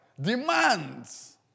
demands